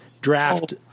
draft